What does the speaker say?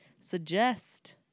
suggest